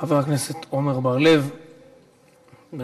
חבר הכנסת עמר בר-לב, בבקשה.